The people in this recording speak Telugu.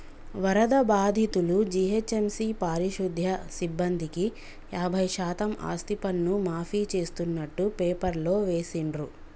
వరద బాధితులు, జీహెచ్ఎంసీ పారిశుధ్య సిబ్బందికి యాభై శాతం ఆస్తిపన్ను మాఫీ చేస్తున్నట్టు పేపర్లో వేసిండ్రు